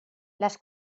les